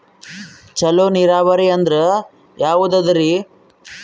ಚಲೋ ನೀರಾವರಿ ಅಂದ್ರ ಯಾವದದರಿ?